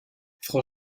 frau